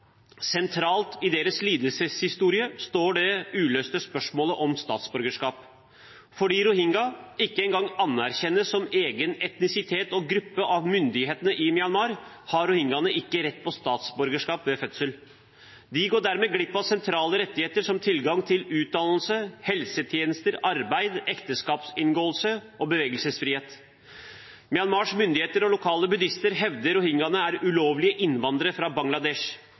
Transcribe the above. Sentralt i deres lidelseshistorie står det uløste spørsmålet om statsborgerskap. Fordi «rohingya» ikke engang anerkjennes som egen etnisitet og gruppe av myndighetene i Myanmar, har rohingyaene ikke rett til statsborgerskap ved fødsel. De går dermed glipp av sentrale rettigheter som tilgang til utdannelse, helsetjenester, arbeid, ekteskapsinngåelse og bevegelsesfrihet. Myanmars myndigheter og lokale buddhister hevder at rohingyaene er ulovlige innvandrere fra Bangladesh.